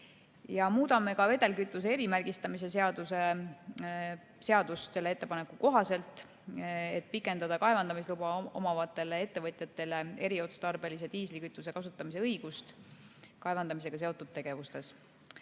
kohaselt ka vedelkütuse erimärgistamise seadust, et pikendada kaevandamisluba omavatel ettevõtjatel eriotstarbelise diislikütuse kasutamise õigust kaevandamisega seotud tegevustes.